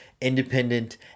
independent